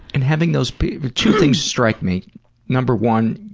and having those people. two things strike me number one,